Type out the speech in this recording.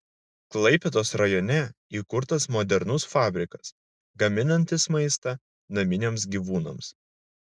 klaipėdos rajone įkurtas modernus fabrikas gaminantis maistą naminiams gyvūnams